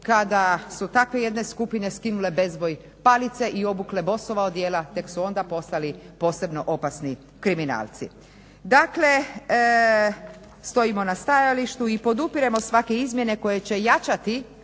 kada su takve jedne skupine skinule bejzbol palice i obukle bossova odijela tek su onda postali posebno opasni kriminalci. Dakle, stojimo na stajalištu i podupiremo svake izmjene koje će jačati